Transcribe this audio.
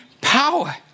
power